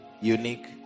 unique